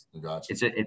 Gotcha